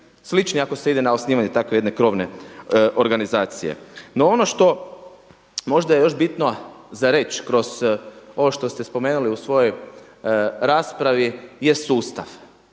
Slični ako se ide na osnivanje na tako jedne krovne organizacije. No ono što je možda još bitno za reći kroz sve ovo što ste spomenuli u svojoj raspravi je sustav.